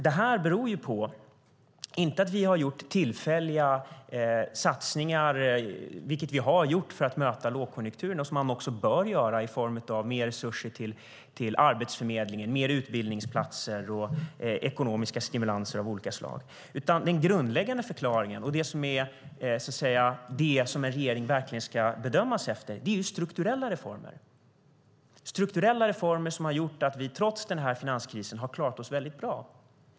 Det beror inte på att vi gjort tillfälliga satsningar - vilket vi i och för sig också gjort för att möta lågkonjunkturen, sådant som man bör göra i form av mer resurser till Arbetsförmedlingen, fler utbildningsplatser och ekonomiska stimulanser av olika slag - utan den grundläggande förklaringen, det som en regering verkligen ska bedömas efter, är att vi gjort strukturella reformer som inneburit att vi trots finanskrisen klarat oss mycket bra.